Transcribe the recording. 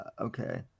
Okay